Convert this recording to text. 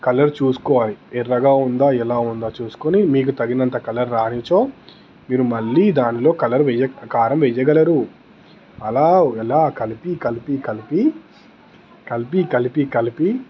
colour చూసుకోవాలి ఎర్రగా ఉందా ఎలా ఉందా చూసుకొని మీకు తగినంత కలర్ రానిచో మీరు మళ్ళీ దానిలో కలర్ వేయ కారం వేయగలరు అలా ఎలా కలిపీ కలిపీ కలిపీ కలిపీ కలిపీ కలిపీ